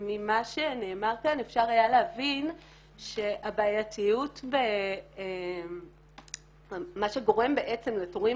ממה שנאמר כאן אפשר היה להבין שהבעייתיות ומה שגורם בעצם לתורים